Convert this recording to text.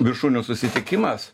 viršūnių susitikimas